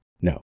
No